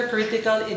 Critical